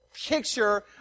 picture